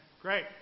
Great